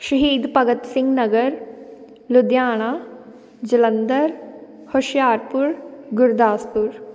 Shaheed Bhagat Singh Nagar Ludhiana Jalandhar Hoshiarpur Gurdaspur